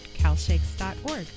calshakes.org